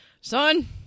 Son